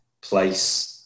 place